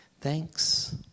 Thanks